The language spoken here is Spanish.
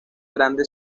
grande